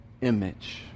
image